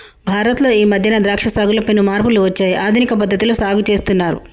భారత్ లో ఈ మధ్యన ద్రాక్ష సాగులో పెను మార్పులు వచ్చాయి ఆధునిక పద్ధతిలో సాగు చేస్తున్నారు